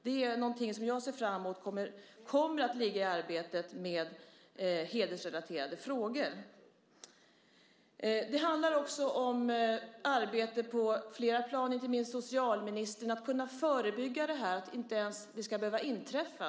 Det är något som jag hoppas kommer att ligga i arbetet med hedersrelaterade frågor. Det handlar om ett arbete på flera plan, inte minst på socialministerns område, för att kunna förebygga hedersrelaterat våld så att det inte ens ska behöva inträffa.